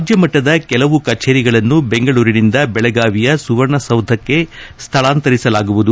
ರಾಜ್ಯ ಮಟ್ಟದ ಕೆಲವು ಕಛೇರಿಗಳನ್ನು ಬೆಂಗಳೂರಿನಿಂದ ಬೆಳಗಾವಿಯ ಸುವರ್ಣಸೌಧಕ್ಕೆ ಸ್ವಳಾಂತರಿಸಲಾಗುವುದು